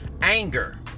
anger